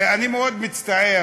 אני מאוד מצטער